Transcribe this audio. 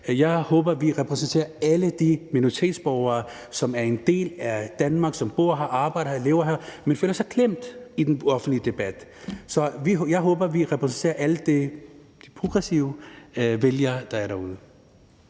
Jeg håber, at vi repræsenterer alle de minoritetsborgere, som er en del af Danmark, og som bor her, arbejder her, lever her, men føler sig klemt i den offentlige debat. Så jeg håber, at vi repræsenterer alle de progressive vælgere, der er derude.